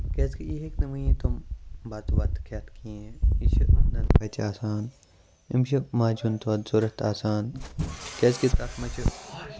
کیازِ کہِ یہِ ہیٚکہِ نہٕ وُنہِ تِم بَتہٕ وَتہٕ کھٮ۪تھ کِہینۍ یہِ چھُ نہ بَچہٕ آسان أمِس چھُ ماجہِ ہُند دۄد ضرورت کیازِ کہِ تَتھ منٛز چھُ